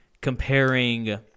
comparing